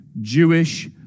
Jewish